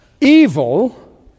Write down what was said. evil